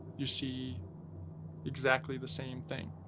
you see exactly the same thing,